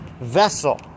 vessel